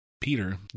Peter